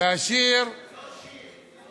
והשיר, זה לא שיר.